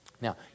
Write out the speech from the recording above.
Now